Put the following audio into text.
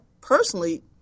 personally